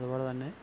അതുപോലെതന്നെ